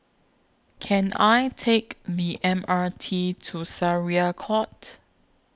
Can I Take The M R T to Syariah Court